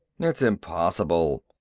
it's impossible,